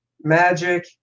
Magic